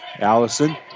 Allison